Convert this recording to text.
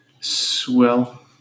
swell